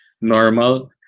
normal